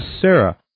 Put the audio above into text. Sarah